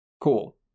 cool